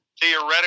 Theoretically